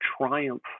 triumph